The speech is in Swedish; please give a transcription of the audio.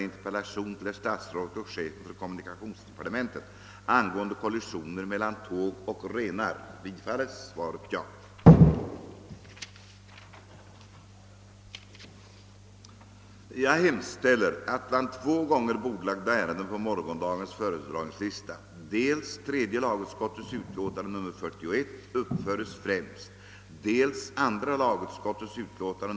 Utöver de från onsdagen den 15 maj kvarstående ärendena kommer föredragningslistan för torsdagen den 16 maj att upptaga ett tjugotal utskottsutlåtanden.